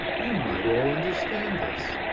you might all understand this,